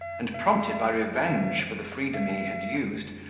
and prompted by revenge for the freedom he had used,